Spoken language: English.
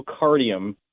myocardium